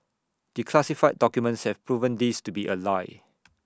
declassified documents have proven this to be A lie